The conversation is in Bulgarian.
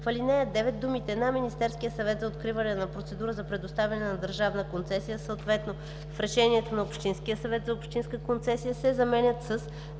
в ал. 9 думите „на Министерския съвет за откриване на процедура за предоставяне на държавна концесия, съответно в решението на общинския съвет – за общинска концесия“ се заменят със